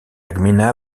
gmina